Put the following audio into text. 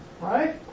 right